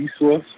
resource